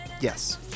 Yes